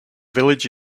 village